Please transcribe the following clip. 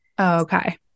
Okay